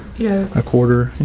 yeah, a quarter?